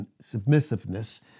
submissiveness